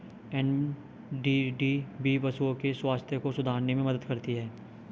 NDDB पशुओं के स्वास्थ्य को सुधारने में मदद करती है